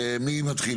מי מתחיל?